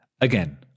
Again